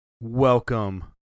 Welcome